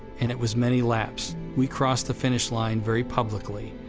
and it was many laps. we crossed the finish line very publicly,